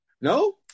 No